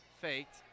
faked